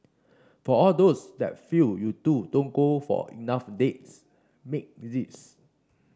for all those that feel you two don't go for enough dates make this